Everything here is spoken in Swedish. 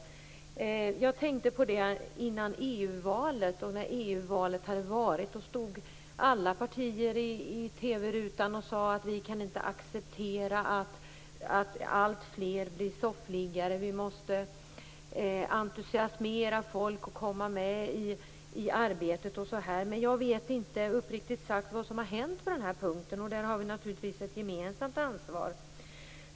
Jag tänkte på det här före EU-valet och strax därefter. Då stod alla partier i TV-rutan och sade: Vi kan inte acceptera att alltfler blir soffliggare, vi måste entusiasmera folk att komma med i arbetet osv. Men jag vet uppriktigt sagt inte vad som har hänt på den här punkten. Här har vi naturligtvis ett gemensamt ansvar.